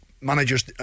managers